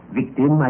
victim